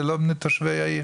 זה לא מתושבי העיר.